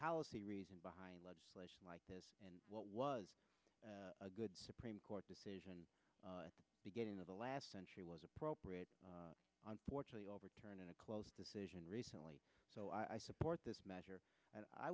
policy reason behind legislation like this and what was a good supreme court decision beginning of the last century was appropriate unfortunately overturn in a close decision recently so i support this measure